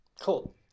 Cool